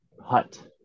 hut